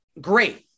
great